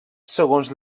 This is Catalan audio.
segons